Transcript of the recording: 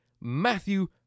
Matthew